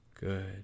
Good